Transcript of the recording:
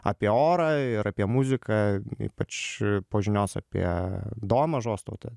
apie orą ir apie muziką ypač po žinios apie domą žostautą